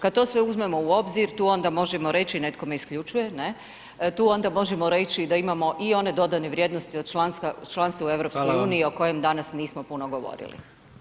Kada to sve uzmemo u obzir, tu onda možemo reći, netko me isključuje ne, tu onda možemo reći, da imamo i one dodane vrijednosti od članstva u EU, o kojem danas nismo puno govorili.